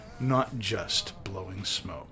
notjustblowingsmoke